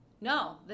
no